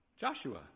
joshua